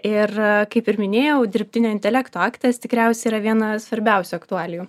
ir kaip ir minėjau dirbtinio intelekto aktas tikriausiai yra viena svarbiausių aktualijų